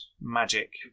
magic